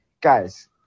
guys –